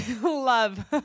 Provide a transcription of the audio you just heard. love